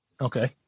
Okay